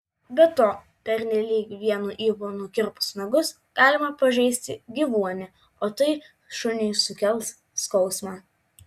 be to pernelyg vienu ypu nukirpus nagus galima pažeisti gyvuonį o tai šuniui sukels skausmą